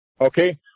Okay